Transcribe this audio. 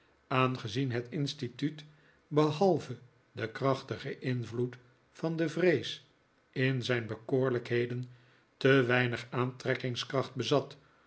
aangezien het instituut behalve den krachtigen invloed van de vrees in zijn bekoorlijkheden te weinig aantrekkingskracht bezat